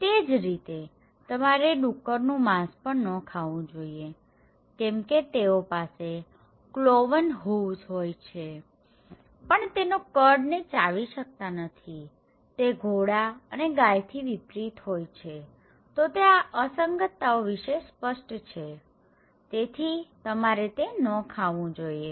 તે જ રીતે તમારે ડુક્કરનું માંસ પણ ન ખાવું જોઈએ કેમકે તેઓ પાસે કલોવન હૂવ્સ હોય છે પણ તેઓ કડ ને ચાવી શકતા નથી તે ઘોડા અને ગાયથી વિપરીત હોય છેતો તે આ અસંગતતાઓ વિશે સ્પષ્ટ છે તેથી તમારે તે ન ખાવું જોઈએ